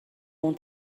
اون